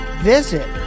Visit